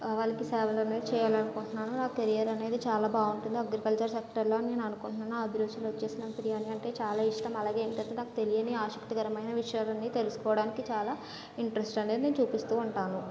వాళ్ళకి సేవలు అనేవి చేయాలని అనుకుంటున్నాను నాకు కెరియర్ అనేది చాలా బాగుంటుంది అగ్రికల్చర్ సెక్టార్లో నేను అనుకుంటున్నాను అభిరుచులు వచ్చేసి నాకు బిర్యానీ అంటే చాలా ఇష్టం అలాగే ఏంటి అంటే నాకు తెలియని ఆసక్తికరమైన విషయాలన్నీ తెలుసుకోవడానికి చాలా ఇంట్రెస్ట్ అనేది నేను చూపిస్తూ ఉంటాను